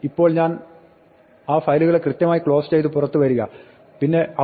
ഇപ്പോൾ ഞാൻ ആ ഫയലുകളെ കൃത്യമായി ക്ലോസ് ചെയ്ത് പുറത്ത് വരിക പിന്നെ output